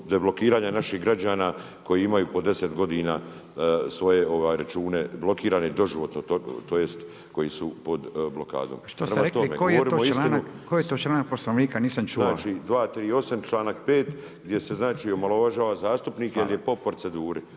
deblokiranja naših građana koji imaju po 10 godina svoje račune blokirane, doživotno, tj. koji su blokadom. …/Upadica Radin: Što ste rekli koji je to članak Poslovnika, nisam čuo?/… Znači 238., stavak 5., gdje se znali omalovažava zastupnike jer je po proceduri,